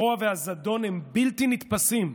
הרוע והזדון הם בלתי נתפסים.